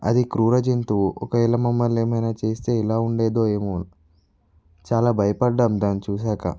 అది క్రూర జంతువు ఒకవేళ మమ్మల్ని ఏమైనా చేస్తే ఎలా ఉండేదో ఏమో చాలా భయపడ్డాం దాన్ని చూశాక